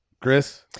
Chris